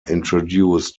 introduced